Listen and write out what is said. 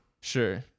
Sure